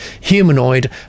humanoid